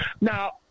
Now